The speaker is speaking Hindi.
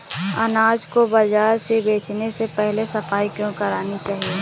अनाज को बाजार में बेचने से पहले सफाई क्यो करानी चाहिए?